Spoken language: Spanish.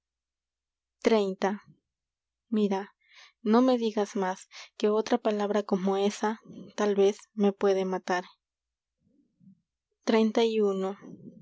xxx ira no me que digas más otra palabra como esa tal vez me puede matar o y yy